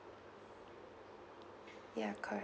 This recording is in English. ya correct